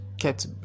kept